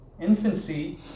infancy